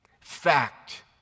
Fact